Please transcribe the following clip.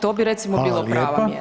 To bi recimo bila prava